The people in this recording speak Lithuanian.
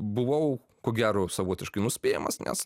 buvau ko gero savotiškai nuspėjamas nes